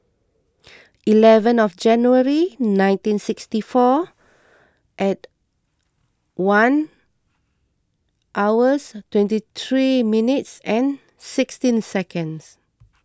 eleven of January nineteen sixty four at one hours twenty three minutes and sixteen seconds